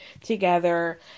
together